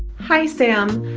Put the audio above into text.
hi, sam.